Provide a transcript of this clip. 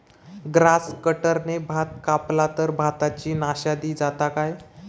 Grass कटराने भात कपला तर भाताची नाशादी जाता काय?